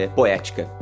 poética